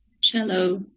cello